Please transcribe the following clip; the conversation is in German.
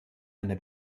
eine